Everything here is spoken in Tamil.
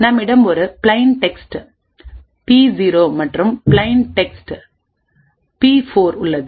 நம்மிடம் ஒரு பிளைன் டெக்ஸ்ட் பி 0P 0 மற்றும் பிளைன் டெக்ஸ்ட் பி 4P 4 உள்ளது